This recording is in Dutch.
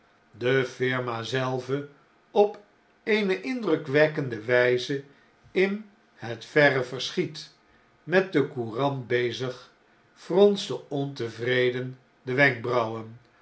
de firma zelve op eene indrukwekkende wyze in het verre verschiet met de courant bezig fronste ontevreden de wenkbrauwen